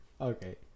okay